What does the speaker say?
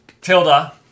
Tilda